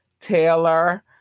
Taylor